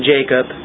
Jacob